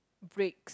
breaks